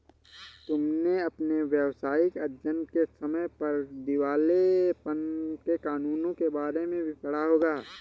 तुमने अपने व्यावसायिक अध्ययन के समय पर दिवालेपन के कानूनों के बारे में भी पढ़ा होगा